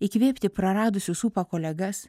įkvėpti praradusius ūpą kolegas